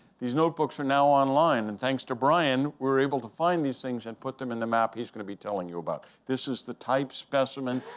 these notebooks are now online. and thanks to brian, we're able to find these things and put them in the map he's going to be telling you about. this is the type specimen,